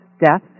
death